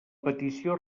petició